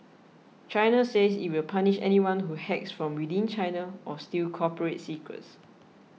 China says it will punish anyone who hacks from within China or steals corporate secrets